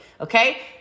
Okay